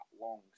long